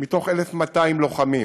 מ-1,200 לוחמים,